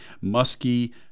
musky